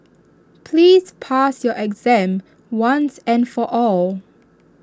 please pass your exam once and for all